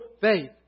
faith